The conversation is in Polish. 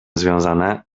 związane